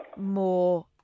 more